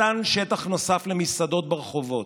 מתן שטח נוסף למסעדות ברחובות,